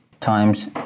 times